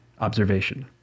observation